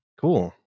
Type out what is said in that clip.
cool